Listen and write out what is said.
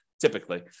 typically